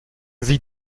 sie